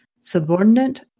Subordinate